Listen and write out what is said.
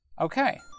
Okay